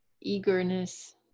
eagerness